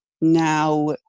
Now